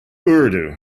urdu